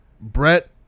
Brett